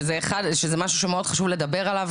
שזה משהו שמאוד חשוב לדבר עליו,